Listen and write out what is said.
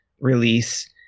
release